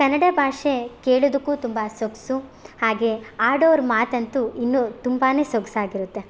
ಕನ್ನಡ ಭಾಷೆ ಕೇಳೋದಕ್ಕು ತುಂಬ ಸೊಗಸು ಹಾಗೆ ಆಡೋರ ಮಾತಂತು ಇನ್ನು ತುಂಬಾ ಸೊಗಸಾಗಿರುತ್ತೆ